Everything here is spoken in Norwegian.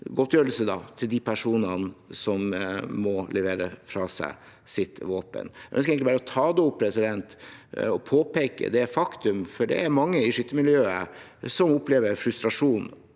godtgjørelse til de personene som må levere fra seg sitt våpen. Jeg ønsker egentlig bare å ta det opp og påpeke det faktum, for det er mange i skyttermiljøet som opplever frustrasjon